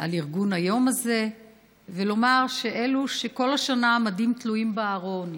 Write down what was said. על ארגון היום הזה ולומר שאלו שכל השנה המדים שלהם תלויים בארון,